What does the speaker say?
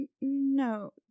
No